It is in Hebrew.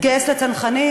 התגייס לצנחנים,